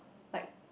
like